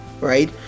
right